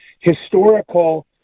historical